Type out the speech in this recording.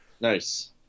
nice